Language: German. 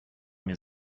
mir